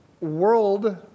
world